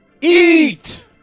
Eat